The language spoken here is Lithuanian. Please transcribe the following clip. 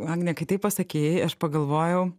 agne kai tai pasakei aš pagalvojau